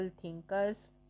thinkers